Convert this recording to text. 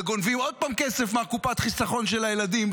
וגונבים עוד פעם כסף מקופת החיסכון של הילדים,